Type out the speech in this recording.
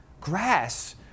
grass